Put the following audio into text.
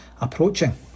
approaching